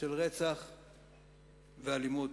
ברצח ובאלימות.